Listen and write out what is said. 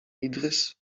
idrys